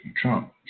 Trump